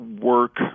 work